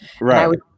Right